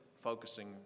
focusing